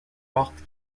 porte